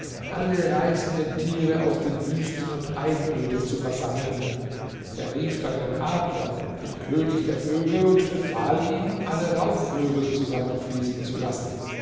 alle reißenden tiere aus den wüsten und einöden zu versammeln er rief dann den adler den könig der vögel und befahl ihm alle raubvögel zusammenfließen zu lassen